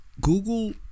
Google